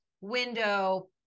window